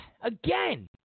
Again